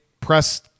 press